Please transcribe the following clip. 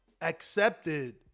accepted